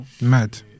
Mad